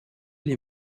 les